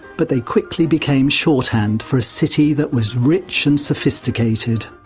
but they quickly became shorthand for a city that was rich and sophisticated.